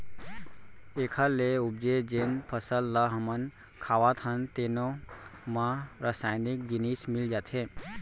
एखर ले उपजे जेन फसल ल हमन खावत हन तेनो म रसइनिक जिनिस मिल जाथे